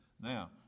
Now